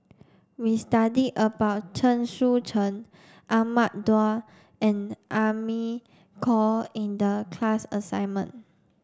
we studied about Chen Sucheng Ahmad Daud and Amy Khor in the class assignment